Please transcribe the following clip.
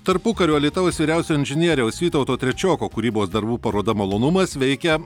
tarpukario alytaus vyriausiojo inžinieriaus vytauto trečioko kūrybos darbų paroda malonumas veikė